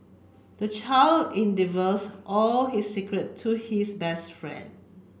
the child in divulges all his secret to his best friend